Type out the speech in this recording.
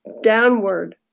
downward